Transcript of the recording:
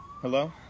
Hello